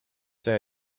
see